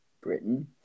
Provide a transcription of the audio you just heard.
Britain